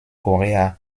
korea